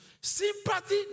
Sympathy